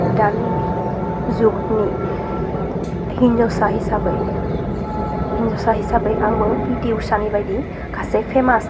दानि जुगनि हिन्जावसा हिसाबै हिन्जावसा हिसाबै आंबो पिटि उसानि बायदि सासे फेमास